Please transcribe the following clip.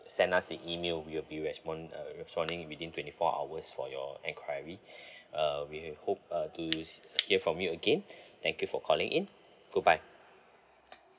send us a email we'll be respond uh responding within twenty four hours for your enquiry uh we hope uh to hear from you again thank you for calling in goodbye